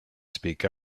speak